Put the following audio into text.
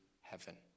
heaven